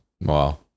Wow